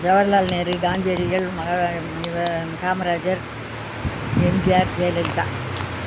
ஜவஹர்லால் நேரு காந்தியடிகள் மஹா முனிவர் காமராஜர் எம்ஜிஆர் ஜெயலலிதா